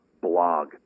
blog